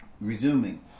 resuming